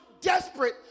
desperate